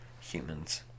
humans